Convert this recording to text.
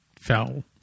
fell